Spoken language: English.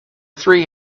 three